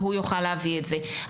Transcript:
והוא יוכל להביא את זה.